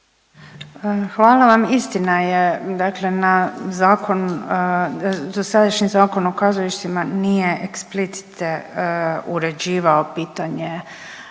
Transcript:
Hvala vam. Istina je dakle na zakon, dosadašnji Zakon o kazalištima nije explicite uređivao pitanje